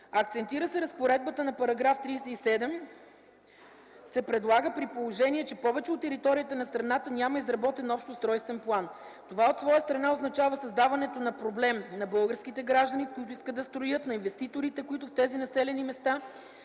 Акцентира се – разпоредба на § 37 се предлага, при положение че повече от територията на страната няма изработен общ устройствен план. Това от своя страна означава създаването на проблем на българските граждани, които искат да строят, на инвеститорите, които в тези населени места